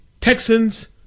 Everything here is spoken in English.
Texans